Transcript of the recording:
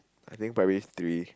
I think primary three